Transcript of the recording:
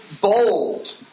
bold